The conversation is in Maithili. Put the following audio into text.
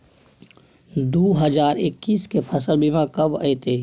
दु हजार एक्कीस के फसल बीमा कब अयतै?